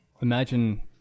imagine